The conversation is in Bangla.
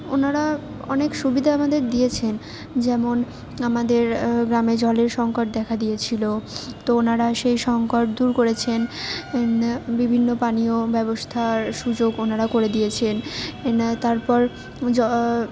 ওনারা অনেক সুবিধা আমাদের দিয়েছেন যেমন আমাদের গ্রামে জলের সংকট দেখা দিয়েছিলো তো ওনারা সেই সংকট দূর করেছেন বিভিন্ন পানীয় ব্যবস্থার সুযোগ ওনারা করে দিয়েছেন নয় তারপর জ